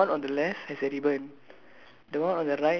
okay for me is the one on the left has a ribbon